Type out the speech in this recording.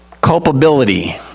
Culpability